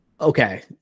Okay